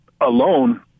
alone